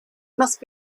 must